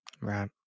Right